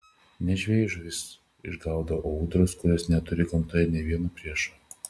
ne žvejai žuvis išgaudo o ūdros kurios neturi gamtoje nė vieno priešo